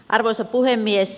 arvoisa puhemies